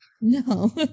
No